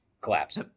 collapse